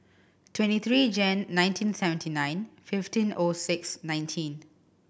twenty three Jan nineteen seventy nine fifteen O six nineteen